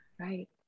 right